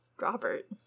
robert